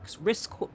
risk